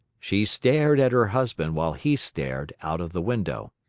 she stared at her husband while he stared out of the window.